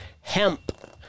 hemp